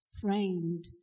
framed